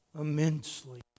immensely